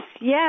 yes